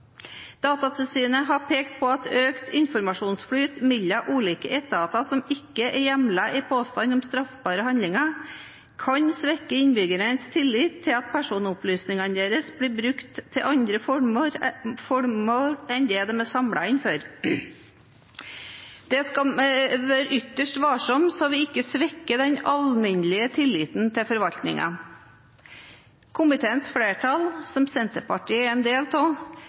Datatilsynet har pekt på at økt informasjonsflyt mellom ulike etater som ikke er hjemlet i påstand om straffbare handlinger, kan svekke innbyggernes tillit til at personopplysningene deres ikke blir brukt til andre formål enn det de er samlet inn for. Vi skal være ytterst varsomme, slik at vi ikke svekker den allmenne tilliten til forvaltningen. Komiteens flertall, som Senterpartiet er en del av,